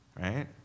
Right